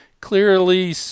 Clearly